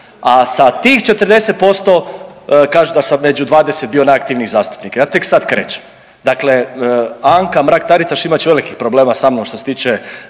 a sa tih 40% kažu da sam među 20 bio najaktivniji zastupnik. Ja tek sad krećem. Dakle, Anka Mrak-Taritaš imat će velikih problema sa mnom što se tiče